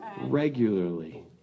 regularly